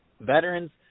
Veterans